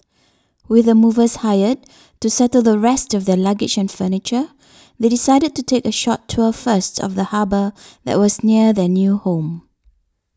with the movers hired to settle the rest of their luggage and furniture they decided to take a short tour first of the harbour that was near their new home